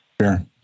Sure